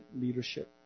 leadership